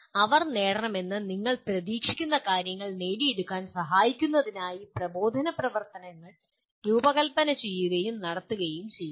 അവർ നേടണമെന്ന് പ്രതീക്ഷിക്കുന്ന കാര്യങ്ങൾ നേടിയെടുക്കാൻ സഹായിക്കുന്നതിനായി പ്രബോധന പ്രവർത്തനങ്ങൾ രൂപകൽപ്പന ചെയ്യുകയും നടത്തുകയും ചെയ്യുന്നു